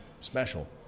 special